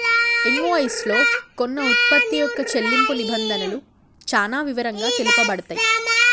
invoice లో కొన్న వుత్పత్తి యొక్క చెల్లింపు నిబంధనలు చానా వివరంగా తెలుపబడతయ్